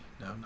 No